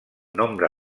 nombre